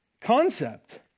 concept